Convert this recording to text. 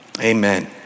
Amen